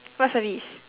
what service